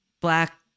black